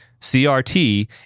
CRT